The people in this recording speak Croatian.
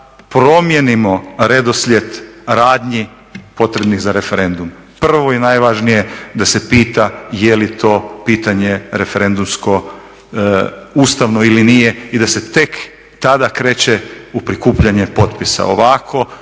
promijenimo redoslijed radnji potrebnih za referendum. Prvo i najvažnije da se pita je li to pitanje referendumskom ustavno ili nije i da se tek tada kreće u prikupljanje potpisa.